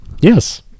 Yes